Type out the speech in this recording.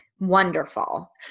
wonderful